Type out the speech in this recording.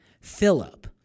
Philip